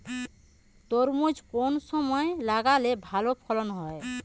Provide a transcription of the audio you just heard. তরমুজ কোন সময় লাগালে ভালো ফলন হয়?